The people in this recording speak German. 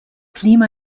klima